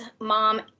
mom